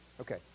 Okay